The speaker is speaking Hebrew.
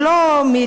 זה לא מאתמול.